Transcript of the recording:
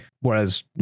Whereas